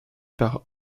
par